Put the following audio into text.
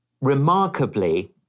remarkably